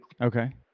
Okay